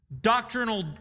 doctrinal